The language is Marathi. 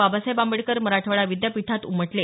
बाबासाहेब आंबेडकर मराठवाडा विद्यापीठात उमटले